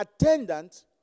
attendant